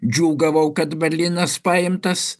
džiūgavau kad berlynas paimtas